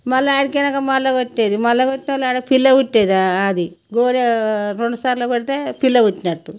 మళ్ళీ ఆడకి వెళ్ళాక మళ్ళీ కొట్టేది మళ్ళీ కొట్టిన వాళ్ళు ఆడ పిల్ల కొట్టేది అది గోలి రెండు సార్లు కొడితే పిల్ల పుట్టినట్టు